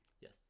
Yes